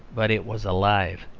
but it was alive.